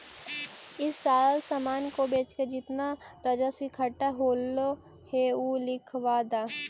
इस साल सामान को बेचकर जितना राजस्व इकट्ठा होलो हे उ लिखवा द